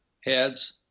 heads